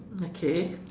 okay